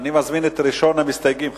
אני מזמין את ראשון המסתייגים,